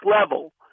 level